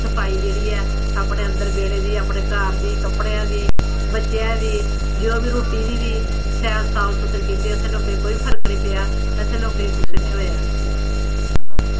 सफाई जेह्ड़ी ऐ अपने अंदर जेह्ड़े अपने घर दी कपड़ेआं दी बच्चेआं दी जो बी रुट्टी दी बी शैल साफ सूथरी कीती असें लोकें ई कोई फर्क निं पेआ असें लोकें ई कुसैगी निं होया